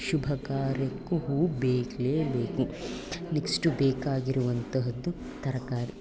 ಶುಭಕಾರ್ಯಕ್ಕೂ ಹೂವು ಬೇಕೇ ಬೇಕು ನೆಕ್ಷ್ಟು ಬೇಕಾಗಿರುವಂತಹದ್ದು ತರಕಾರಿ